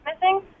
missing